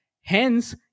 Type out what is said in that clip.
Hence